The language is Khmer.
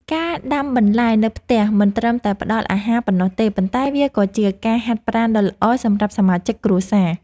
ការដាំបន្លែនៅផ្ទះមិនត្រឹមតែផ្តល់អាហារប៉ុណ្ណោះទេ ប៉ុន្តែវាក៏ជាការហាត់ប្រាណដ៏ល្អសម្រាប់សមាជិកគ្រួសារ។